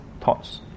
thoughts